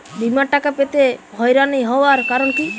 বিমার টাকা পেতে হয়রানি হওয়ার কারণ কি?